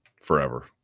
forever